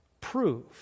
prove